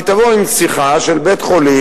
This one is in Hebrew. היא תבוא כשיחה של בית-חולים,